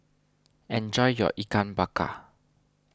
enjoy your Ikan Bakar